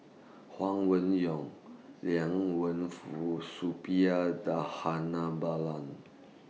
Huang Wenhong Liang Wenfu Suppiah Dhanabalan